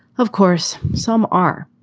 of course some are.